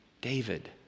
David